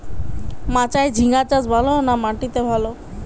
মাচায় ঝিঙ্গা চাষ ভালো না মাটিতে ভালো?